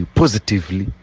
positively